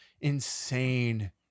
insane